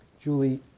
Julie